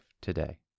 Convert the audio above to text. today